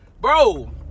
Bro